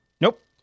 Nope